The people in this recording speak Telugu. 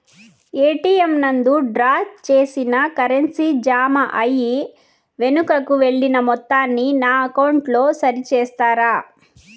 ఎ.టి.ఎం నందు డ్రా చేసిన కరెన్సీ జామ అయి వెనుకకు వెళ్లిన మొత్తాన్ని నా అకౌంట్ లో సరి చేస్తారా?